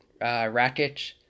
Rakic